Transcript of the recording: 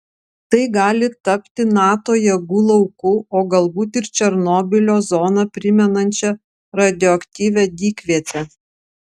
tai gali tapti nato jėgų lauku o galbūt ir černobylio zoną primenančia radioaktyvia dykviete